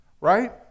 Right